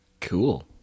Cool